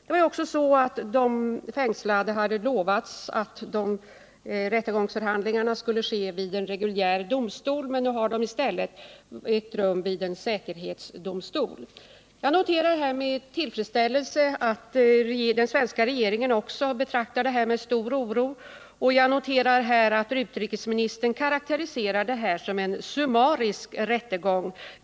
De fängslade hade vidare lovats att rättegångsförhandlingarna skulle hållas vid en reguljär domstol, men de har i stället ägt rum vid en säkerhetsdomstol. Jag noterar med tillfredsställelse att också den svenska regeringen ser på detta med stor oro och att utrikesministern karakteriserar det som en summarisk rättegång.